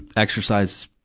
exercise,